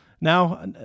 Now